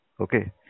Okay